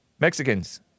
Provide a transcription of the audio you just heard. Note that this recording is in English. Mexicans